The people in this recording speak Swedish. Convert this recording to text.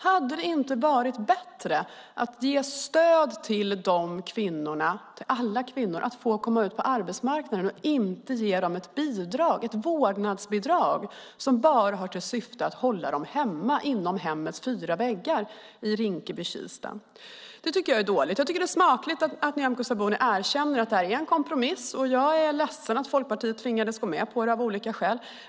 Hade det inte varit bättre att ge stöd till de kvinnorna, till alla kvinnor, att komma ut på arbetsmarknaden och inte ge dem ett vårdnadsbidrag som bara har till syfte att hålla dem hemma, inom hemmets fyra väggar i Rinkeby och Kista? Det här tycker jag är dåligt. Jag tycker att det är smakligt att Nyamko Sabuni erkänner att det var en kompromiss, och jag är ledsen att Folkpartiet tvingades gå med på det av olika skäl.